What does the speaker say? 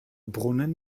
brunnen